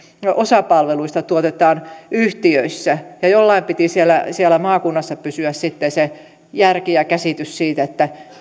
osa palveluista tuotetaan yhtiöissä ja joillain piti siellä siellä maakunnassa pysyä sitten se järki ja käsitys siitä